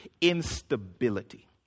instability